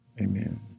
Amen